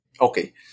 Okay